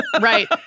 Right